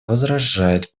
возражает